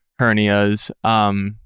hernias